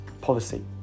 policy